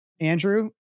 Andrew